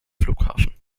flughafen